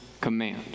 command